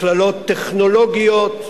מכללות טכנולוגיות,